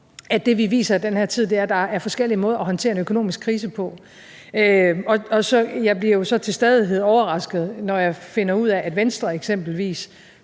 at det, vi viser i den her tid, er, at der er forskellige måder at håndtere en økonomisk krise på. Og jeg bliver jo så til stadighed overrasket, når jeg finder ud af, at Venstre eksempelvis